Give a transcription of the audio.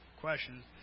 questions